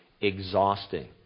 exhausting